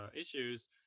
issues